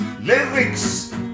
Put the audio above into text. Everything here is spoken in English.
Lyrics